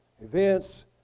events